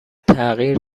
تغییر